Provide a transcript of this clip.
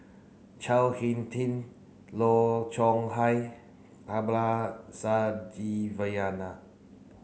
Chao Hin Tin Low Chong Hai